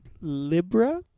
Libra